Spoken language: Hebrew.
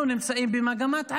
אנחנו נמצאים במגמת עלייה,